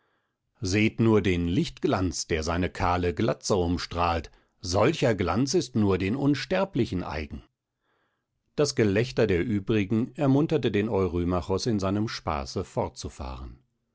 seht nur den lichtglanz der seine kahle glatze umstrahlt solcher glanz ist nur den unsterblichen eigen das gelächter der übrigen ermunterte den eurymachos in seinem spaße fortzufahren